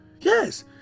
Yes